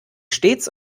stets